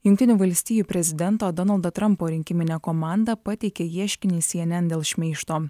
jungtinių valstijų prezidento donaldo trampo rinkiminė komanda pateikė ieškinį cnn dėl šmeižto